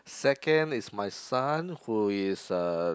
second is my son who is uh